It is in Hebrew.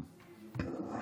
אדוני היושב-ראש,